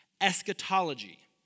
eschatology